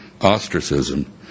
ostracism